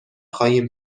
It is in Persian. خواهیم